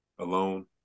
alone